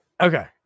Okay